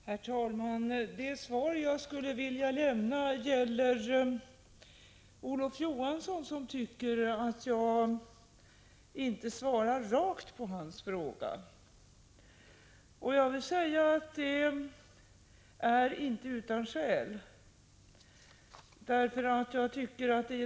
Herr talman! Det svar som jag skulle vilja lämna gäller Olof Johansson, som tycker att jag inte svarar rakt på hans fråga. Jag vill säga att det inte är utan skäl.